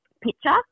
picture